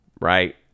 right